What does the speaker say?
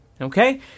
okay